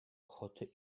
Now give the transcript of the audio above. ochoty